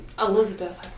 Elizabeth